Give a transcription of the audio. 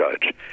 judge